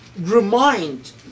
remind